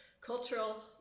cultural